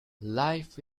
life